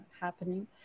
happening